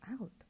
out